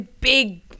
big